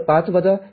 ० १